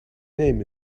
name